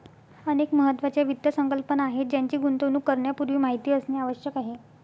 अनेक महत्त्वाच्या वित्त संकल्पना आहेत ज्यांची गुंतवणूक करण्यापूर्वी माहिती असणे आवश्यक आहे